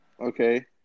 Okay